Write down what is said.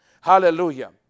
Hallelujah